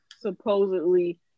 supposedly